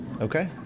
Okay